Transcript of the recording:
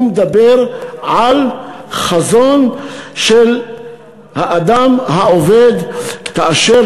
הוא מדבר על חזון של האדם העובד כאשר